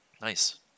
Nice